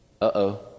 Uh-oh